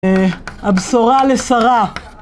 הבשורה לשרה.